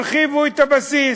הרחיבו את הבסיס,